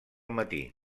matí